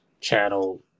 channel